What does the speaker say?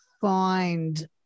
find